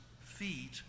feet